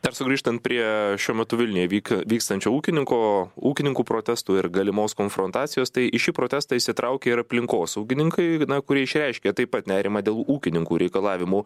dar sugrįžtant prie šiuo metu vilniuje vyk vykstančio ūkininko ūkininkų protestų ir galimos konfrontacijos tai į šį protestą įsitraukė ir aplinkosaugininkai na kurie išreiškė taip pat nerimą dėl ūkininkų reikalavimų